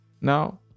now